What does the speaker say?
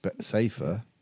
safer